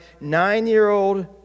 nine-year-old